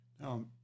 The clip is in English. Now